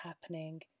happening